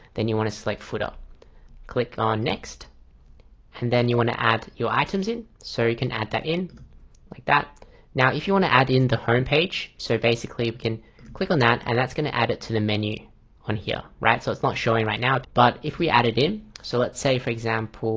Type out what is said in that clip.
then you want to select footer click on next and then you want to add your items in so you can add that in like that now if you want to add in the homepage so basically you can click on that and that's gonna add it to the menu on here, right? so it's not showing right now, but if we added in so let's say for example